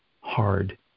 hard